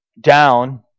down